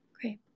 Great